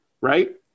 Right